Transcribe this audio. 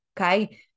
Okay